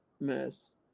mess